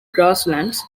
grasslands